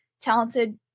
talented